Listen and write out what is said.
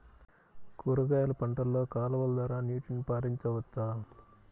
కూరగాయలు పంటలలో కాలువలు ద్వారా నీటిని పరించవచ్చా?